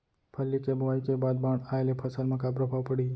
फल्ली के बोआई के बाद बाढ़ आये ले फसल मा का प्रभाव पड़ही?